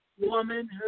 woman